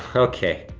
okay.